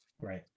Right